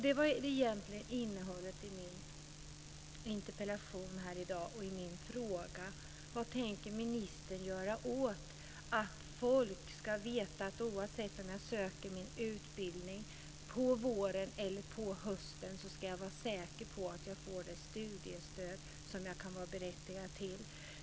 Den egentliga frågan i min interpellation är: Vad tänker ministern göra för att människor ska veta att de, oavsett om de söker sig till en utbildning på våren eller på hösten, ska kunna vara säkra på att få det studiestöd som de är berättigade till?